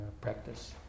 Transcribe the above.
practice